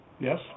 Yes